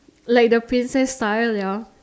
like the princess style ya